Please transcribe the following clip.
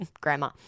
grandma